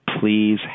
Please